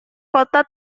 kota